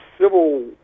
civil